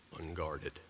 unguarded